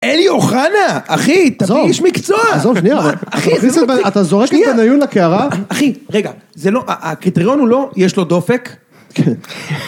אלי אוחנה! אחי, תביא לי איש מקצוע! חזור, חזור, שנייה, אתה זורק לי את בנ-עיון לקערה? אחי, רגע, זה לא, הקריטריון הוא לא יש לו דופק? כן...